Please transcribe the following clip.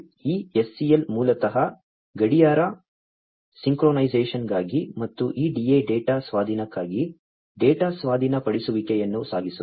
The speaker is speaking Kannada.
ಈ SCL ಮೂಲತಃ ಗಡಿಯಾರ ಸಿಂಕ್ರೊನೈಸೇಶನ್ಗಾಗಿ ಮತ್ತು ಈ DA ಡೇಟಾ ಸ್ವಾಧೀನಕ್ಕಾಗಿ ಡೇಟಾ ಸ್ವಾಧೀನಪಡಿಸುವಿಕೆಯನ್ನು ಸಾಗಿಸುತ್ತದೆ